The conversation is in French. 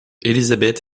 elizabeth